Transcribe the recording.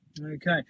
okay